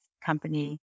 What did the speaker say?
company